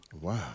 Wow